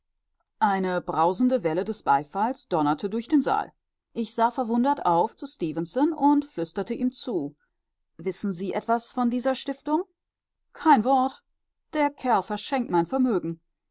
eine brausende welle des beifalls donnerte durch den saal ich sah verwundert auf stefenson und flüsterte ihm zu wissen sie etwas von dieser stiftung kein wort der kerl verschenkt mein vermögen